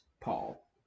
Paul